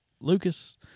lucas